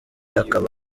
akaba